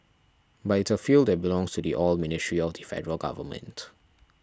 but it's a field that belongs to the Oil Ministry of the Federal Government